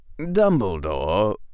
Dumbledore